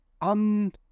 un